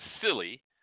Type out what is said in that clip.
silly